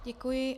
Děkuji.